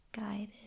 guided